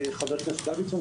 חבר הכנסת דוידסון,